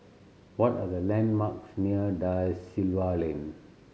what are the landmarks near Da Silva Lane